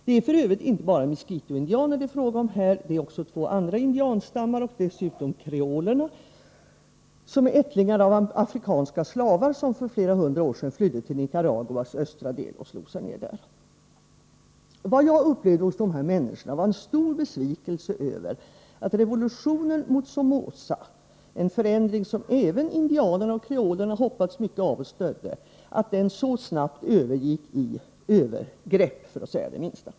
Det är f. ö. inte bara miskitoindianer det är fråga om här utan även två andra indianstammar och dessutom kreolerna, som är ättlingar av afrikanska slavar som för flera hundra år sedan flydde till Nicaraguas östra del och slog sig ned där. Vad jag upplevde hos dessa människor var en stor besvikelse över att revolutionen mot Somoza, en förändring som även indianerna och kreolerna hoppats mycket av och stödde, så snabbt övergick i övergrepp — för att säga det minsta.